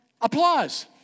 Applause